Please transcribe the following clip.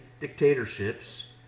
dictatorships